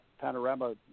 panorama